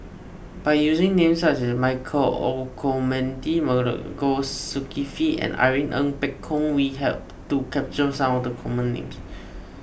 by using names such as Michael Olcomendy Masagos Zulkifli and Irene Ng Phek Hoong we hope to capture some of the common names